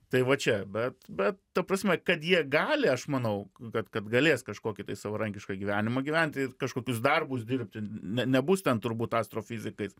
tai va čia bet bet ta prasme kad jie gali aš manau kad kad galės kažkokį tai savarankišką gyvenimą gyventi ir kažkokius darbus dirbti ne nebus ten turbūt astrofizikais